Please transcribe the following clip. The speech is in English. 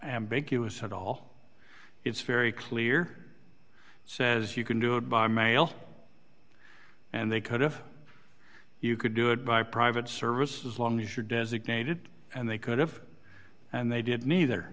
aside all it's very clear says you can do it by mail and they could if you could do it by private service as long as you're designated and they could have and they did neither